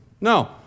No